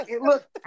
Look